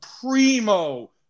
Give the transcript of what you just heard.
primo